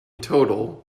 total